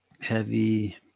heavy